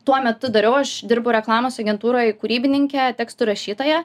tuo metu dariau aš dirbau reklamos agentūroje kūrybininke tekstų rašytoja